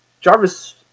Jarvis